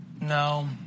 No